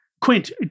quint